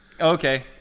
Okay